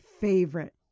favorite